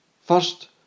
First